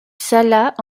salat